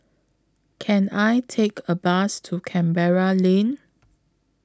Can I Take A Bus to Canberra Lane